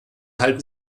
halten